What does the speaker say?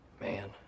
Man